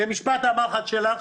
ומשפט המחץ שלך?